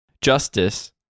Justice